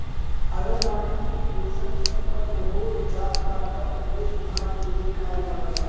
अगर माटी के पोषक तत्व खत्म हो जात बा त ओकरे सुधार के लिए का उपाय बा?